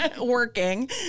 working